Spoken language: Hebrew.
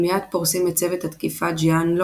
הם מיד פורסים את צוות התקיפה ג'יאנלונג,